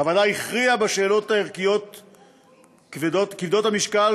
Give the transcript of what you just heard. הוועדה הכריעה בשאלות הערכיות כבדות המשקל